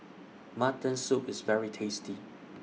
Mutton Soup IS very tasty